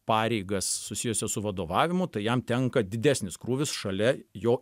pareigas susijusias su vadovavimu tai jam tenka didesnis krūvis šalia jo